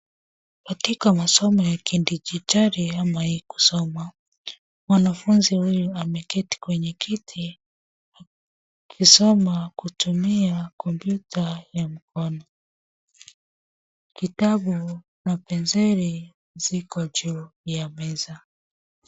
Katika masomo ya kidijitali ama e-kusoma, mwanafunzi huyu ameketi kwenye kiti akisoma kutumia kompyuta ya mkono. Kitabu na penseli ziko juu ya meza.